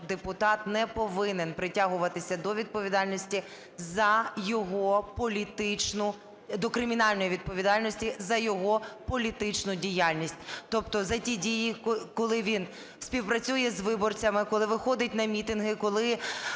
за його політичну... до кримінальної відповідальності за його політичну діяльність, тобто за ті дії, коли він співпрацює з виборцями, коли виходить на мітинги, коли